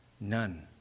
None